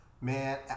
Man